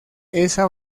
esa